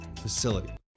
facility